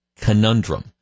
conundrum